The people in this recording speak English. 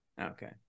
Okay